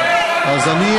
הם לא היו